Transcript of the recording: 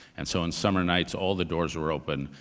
and so on summer nights, all the doors were open.